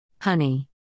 Honey